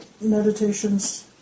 meditations